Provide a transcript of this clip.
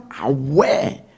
aware